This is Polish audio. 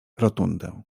rotundę